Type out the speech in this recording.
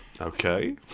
Okay